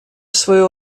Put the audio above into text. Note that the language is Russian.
свою